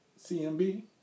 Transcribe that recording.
CMB